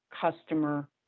customer